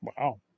wow